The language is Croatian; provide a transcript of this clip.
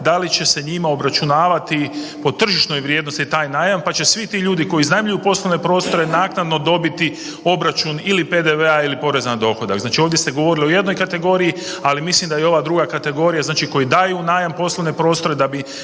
da li će se njima obračunavati po tržišnoj vrijednosti taj najam pa će svi ti ljudi koji iznajmljuju poslovne prostore naknado dobiti obračun ili PDV-a ili poreza na dohodak. Znači ovdje ste govorili o jednoj kategoriji, ali mislim da i ova kategorija, znači koji daju u najam poslovne prostore da bi